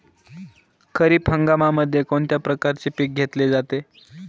खरीप हंगामामध्ये कोणत्या प्रकारचे पीक घेतले जाते?